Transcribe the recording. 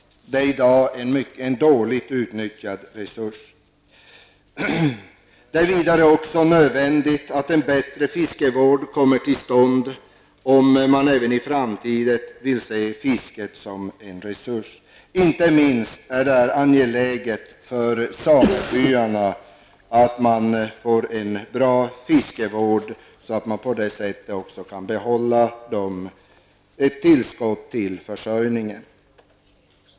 Sådan jakt är i dag en dåligt utnyttjad resurs. Vidare är det nödvändigt att en bättre fiskevård kommer till stånd om man även i framtiden vill se fisket som en resurs. Inte minst för samebyarna är det angeläget att man får en bra fiskevård, så att man kan behålla ett tillskott till försörjningen.